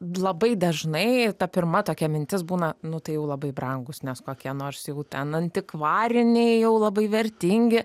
labai dažnai ta pirma tokia mintis būna nu tai jau labai brangūs nes kokie nors jau ten antikvariniai jau labai vertingi